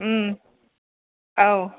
औ